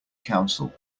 council